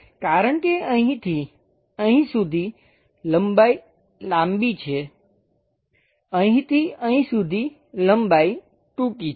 કારણ કે અહીં થી અહીં સુધી લંબાઈ લાંબી છે અહીં થી અહીં સુધી લંબાઈ ટૂંકી છે